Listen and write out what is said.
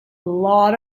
lot